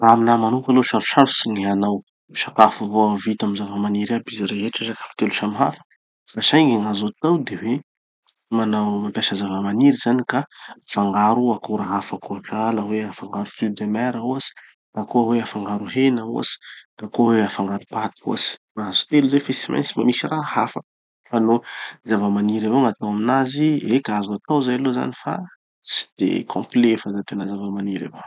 Raha aminahy manoka aloha sarosarotsy gny hanao sakafo avao vita amy zava-maniry aby izy rehetra, sakafo telo samy hafa. Fa saingy gn'azo atao de hoe manao mampiasa zava-maniry ka afangaro akora hafa koa. Sahala hoe afangaro fruits de mer ohatsy, na koa hoe afangaro hena ohatsy, na koa hoe afangaro paty ohatsy. Mahazo telo zay fe tsy maintsy mba misy raha hafa. Fa nô zava-maniry avao gn'atao aminazy, eka azo atao zay aloha zany fa tsy de complet fa da tena zava-maniry avao.